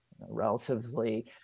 relatively